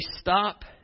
stop